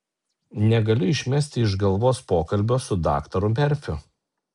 negaliu išmesti iš galvos pokalbio su daktaru merfiu